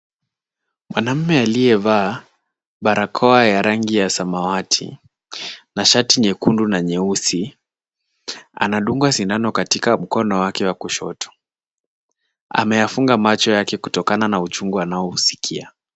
Mwanamume aliyevaa barakoa ya rangi ya samawati na shati nyekundu na nyeusi anadungwa sinano katika mkono wake wa kushoto. Ameyafunga macho yake kutokana na uchungu anaohusikia.